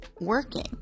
working